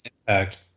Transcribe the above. impact